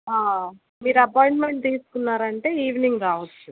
మీరు అపాయింట్మెంట్ తీసుకున్నారు అంటే ఈవెనింగ్ రావచ్చు